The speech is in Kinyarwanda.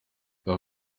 bwa